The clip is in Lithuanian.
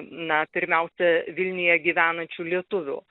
na pirmiausia vilniuje gyvenančių lietuvių